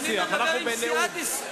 יש שיתוף פעולה.